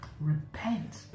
Repent